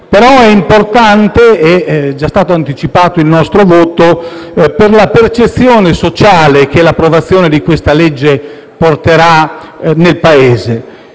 esso è importante, ed è già stato anticipato il nostro voto, per la percezione sociale che l'approvazione di questa legge porterà nel Paese